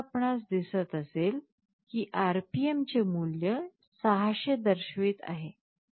आणि आता आपणास दिसत असेल की RPM चे मूल्य 600 दर्शवित आहे